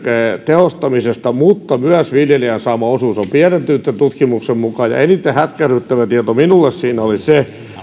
tehostamisesta mutta myös viljelijän saama osuus on pienentynyt tämän tutkimuksen mukaan eniten hätkähdyttävä tieto minulle siinä oli se